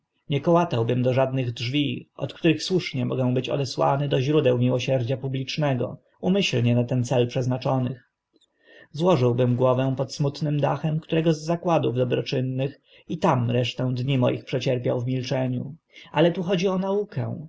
nie kołatałbym do żadnych drzwi od których słusznie mogę być odesłany do źródeł miłosierdzia publicznego umyślnie na ten cel przeznaczonych złożyłbym głowę pod smutnym dachem którego z zakładów dobroczynnych i tam resztę dni moich przecierpiał w milczeniu ale tu chodzi o naukę